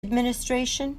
administration